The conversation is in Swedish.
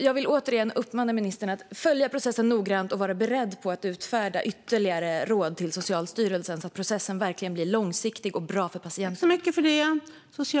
Jag vill återigen uppmana ministern att följa processen noggrant och vara beredd att utfärda ytterligare råd till Socialstyrelsen, så att processen verkligen blir långsiktig och bra för patienterna.